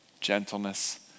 gentleness